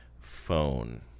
phone